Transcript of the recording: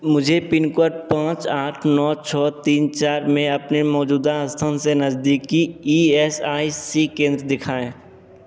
मुझे pin code पाँच आठ नौ छः तीन चार में अपने मौजूदा स्थान से नज़दीकी ई एस आई सी केंद्र दिखाएँ